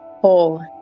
whole